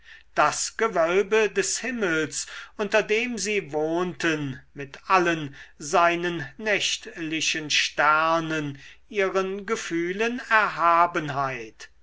das gewölbe des himmels unter dem sie wohnten mit allen seinen nächtlichen sternen ihren gefühlen erhabenheit